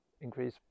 increase